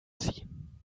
ziehen